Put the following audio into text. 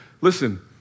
listen